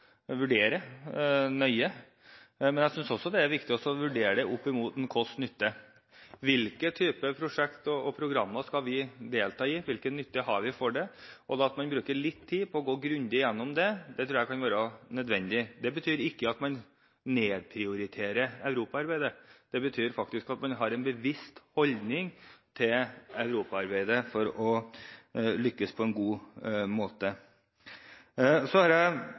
nøye, men jeg synes også det er viktig å vurdere det opp mot kost–nytte. Hvilke prosjekter og programmer skal vi delta i, og hvilken nytte har vi av det? Da kan vi bruke litt tid på å gå grundig gjennom det. Det tror jeg kan være nødvendig. Det betyr ikke at man nedprioriterer europaarbeidet, det betyr at man har en bevisst holdning til europaarbeidet for å lykkes på en god måte. Så har jeg